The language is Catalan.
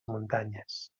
muntanyes